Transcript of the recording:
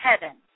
heaven